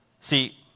See